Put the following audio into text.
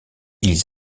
ils